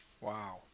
Wow